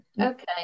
okay